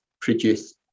produce